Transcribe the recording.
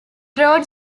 broad